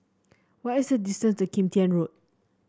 what is the distance to Kim Tian Road